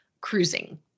cruising